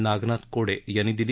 नागनाथ कोडे यांनी दिली